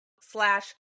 slash